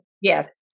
Yes